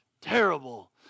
terrible